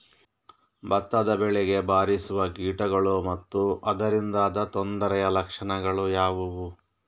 ಭತ್ತದ ಬೆಳೆಗೆ ಬಾರಿಸುವ ಕೀಟಗಳು ಮತ್ತು ಅದರಿಂದಾದ ತೊಂದರೆಯ ಲಕ್ಷಣಗಳು ಯಾವುವು?